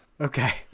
okay